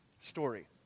story